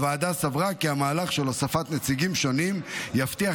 הוועדה סברה כי המהלך של הוספת נציגים שונים יבטיח